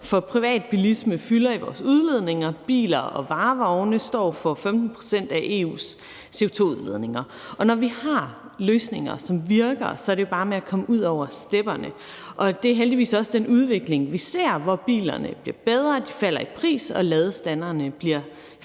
for privatbilisme fylder i vores udledninger. Biler og varevogne står for 15 pct. af EU's CO2-udledning. Og når vi har løsninger, som virker, er det jo bare med at komme ud over stepperne. Det er heldigvis også den udvikling, vi ser, hvor bilerne bliver bedre, de falder i pris, og ladestanderne bliver flere